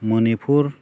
Manipur